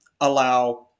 allow